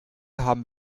haben